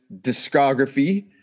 discography